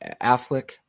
affleck